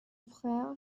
frère